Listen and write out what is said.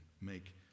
make